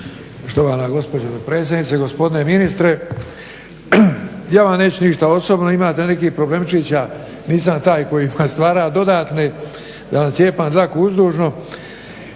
Štovana gospođo dopredsjednice. Gospodine ministre, ja vam neću ništa osobno imate nekih problemčića, nisam taj koji vam stvaram dodatne da vam cijepam dlaku uzdužno